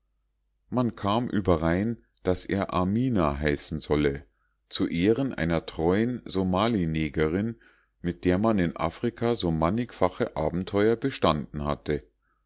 man kam überein daß er amina heißen solle zu ehren einer treuen somalinegerin mit der man in afrika so mannigfache abenteuer bestanden hatte